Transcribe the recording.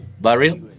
barrel